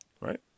Right